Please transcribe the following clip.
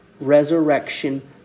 resurrection